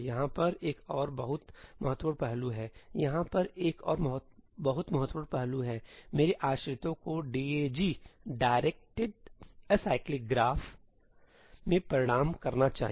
यहाँ पर एक और बहुत महत्वपूर्ण पहलू हैयहाँ पर एक और बहुत महत्वपूर्ण पहलू है मेरे आश्रितों को DAG डायरेक्टरेट एसाइक्लिक ग्राफ में परिणाम करना चाहिए